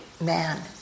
man